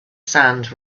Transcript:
sand